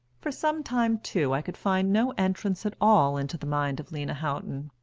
for some time, too, i could find no entrance at all into the mind of lena houghton.